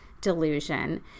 delusion